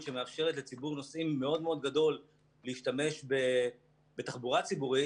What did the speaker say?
שמאפשרת לציבור נוסעים מאוד מאוד גדול להשתמש בתחבורה ציבורית.